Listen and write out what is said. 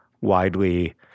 widely